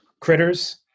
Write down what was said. Critters